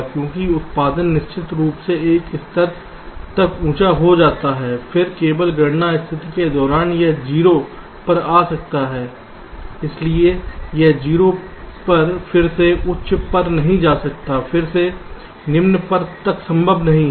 क्योंकि उत्पादन निश्चित रूप से एक स्तर तक ऊंचा हो जाता है फिर केवल गणना स्थिति के दौरान यह 0 पर जा सकता है इसलिए यह 0 पर फिर से उच्च पर नहीं जा सकता है फिर से निम्न तक संभव नहीं है